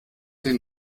den